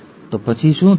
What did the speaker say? તો પછી શું થશે